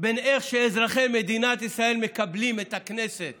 בין איך שאזרחי מדינת ישראל מקבלים את הכנסת